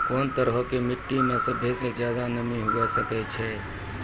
कोन तरहो के मट्टी मे सभ्भे से ज्यादे नमी हुये सकै छै?